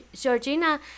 Georgina